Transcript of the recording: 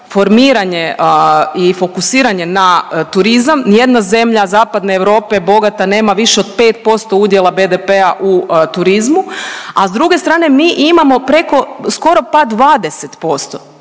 formiranje i fokusiranje na turizam. Nijedna zemlja Zapadne Europe bogata nema više od 5% udjela BDP-a u turizmu, a s druge strane mi imamo preko, skoro pa 20%.